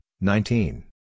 nineteen